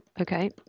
Okay